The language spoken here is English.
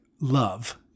love